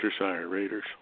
Raiders